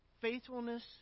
faithfulness